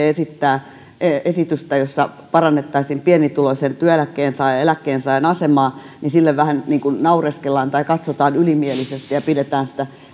esittää esitystä jossa parannettaisiin pienituloisen eläkkeensaajan asemaa niin sille vähän naureskellaan tai katsotaan ylimielisesti ja pidetään sitä